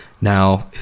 Now